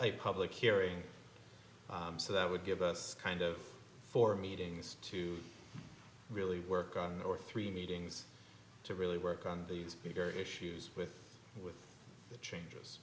a public hearing so that would give us kind of four meetings to really work on or three meetings to really work on these bigger issues with with the changes